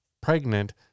pregnant